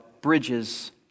bridges